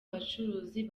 bacuruzi